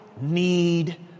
need